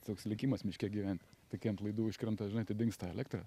toks likimas miške gyvent tai kai ant laidų užkrenta žinai tai dingsta elektra